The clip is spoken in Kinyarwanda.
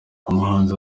umuhanzi